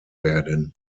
werden